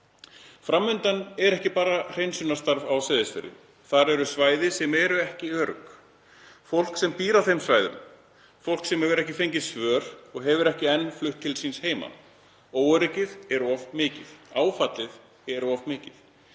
Fram undan er ekki bara hreinsunarstarf á Seyðisfirði, það eru svæði sem eru ekki örugg, fólk sem býr á þeim svæðum, fólk sem hefur ekki fengið svör og hefur ekki enn flutt til síns heima. Óöryggið er of mikið, áfallið er of mikið.